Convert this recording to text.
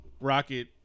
Rocket